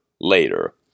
later